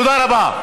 תודה רבה.